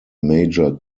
major